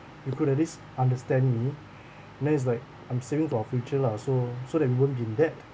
you could at least understand me and then it's like I'm saving for our future lah so so that we won't be in debt